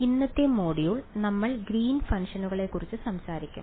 ഇന്നത്തെ മൊഡ്യൂൾ നമ്മൾ ഗ്രീൻസ് ഫംഗ്ഷനുകളെക്കുറിച്ച് സംസാരിക്കും